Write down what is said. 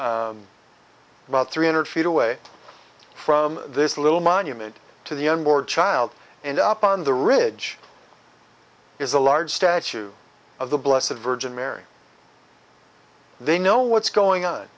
about three hundred feet away from this little monument to the unborn child and up on the ridge is a large statue of the bless the virgin mary they know what's going on